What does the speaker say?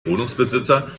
wohnungsbesitzer